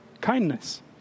kindness